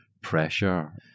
pressure